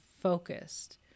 focused